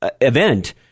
event